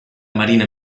marina